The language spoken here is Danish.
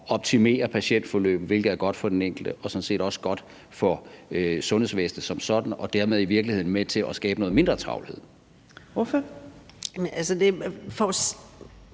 optimere patientforløbet, hvilket er godt for den enkelte og sådan set også godt for sundhedsvæsenet som sådan, og dermed i virkeligheden være med til at skabe mindre travlhed. Kl.